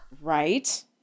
Right